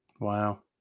Wow